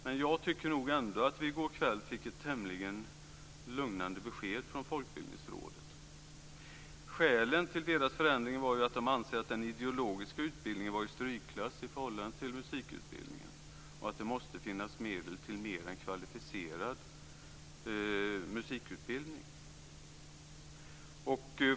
Men jag tycker nog att vi i går kväll fick ett tämligen lugnande besked från Folkbildningsrådet. Skälen till deras förändring är ju att de anser att den ideologiska utbildningen är i strykklass i förhållande till musikutbildningen och att det måste finnas medel till mer än kvalificerad musikutbildning.